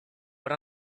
what